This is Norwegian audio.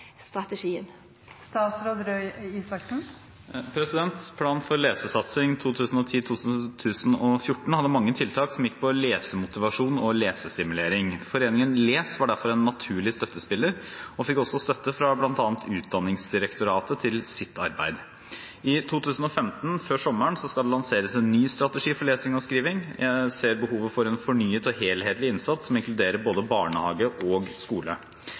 Plan for lesesatsing 2010–2014 hadde mange tiltak som gikk på lesemotivasjon og lesestimulering. Foreningen !les var derfor en naturlig støttespiller og fikk også støtte fra bl.a. Utdanningsdirektoratet til sitt arbeid. I 2015, før sommeren, skal det lanseres en ny strategi for lesing og skriving. Jeg ser behovet for en fornyet og helhetlig innsats som inkluderer både barnehage og skole.